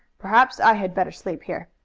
perhaps i had better sleep here.